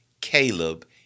Caleb